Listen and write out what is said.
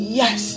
yes